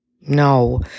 no